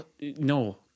No